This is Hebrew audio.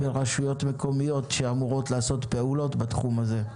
ברשויות מקומיות שאמורות לעשות פעולות בתחום הזה?